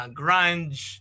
grunge